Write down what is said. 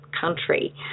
country